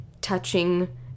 touching